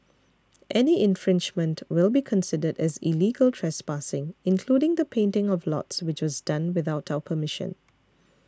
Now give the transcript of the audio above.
any infringement will be considered as illegal trespassing including the painting of lots which was done without our permission